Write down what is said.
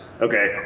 Okay